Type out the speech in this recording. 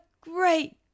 great